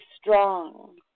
strong